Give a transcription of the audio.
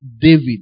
David